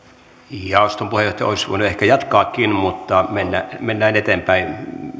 jaoston puheenjohtaja olisi voinut ehkä jatkaakin mutta mennään eteenpäin